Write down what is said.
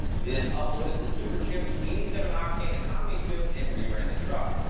we then uploaded the superchips eighty seven octane economy tune and re-ran the truck.